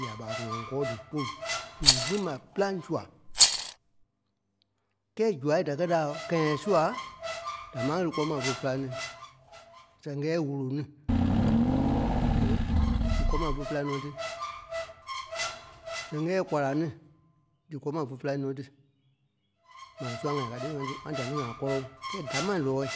Ǹya ɓa ŋɔŋ kɔɔ dí pôlu, ŋuŋ kpîŋ ɓa pîlaŋ sua. Kɛ́ɛ zuai da kɛ dîa kɛ̃ɛ sua dámaa ɣele kɔ́ɔ ma fé fela ní. sɛŋ kɛ́ɛ yɛ̂ɛ wolo ni okay, dí kɔ́ɔ ma fé fela nɔ́ tí. Sɛŋ kɛ́ɛ yɛ̂ɛ kwala ni, dí kɔ́ɔ ma fé fela nɔ́ tí. Maa sua ŋai ká tí ŋá dí- ŋá da ni ŋa kɔ́lɔŋ kɛ́ɛ dámaai lɔɔ̂i.